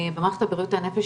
במערכת בריאות הנפש,